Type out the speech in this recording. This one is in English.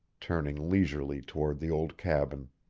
turning leisurely toward the old cabin.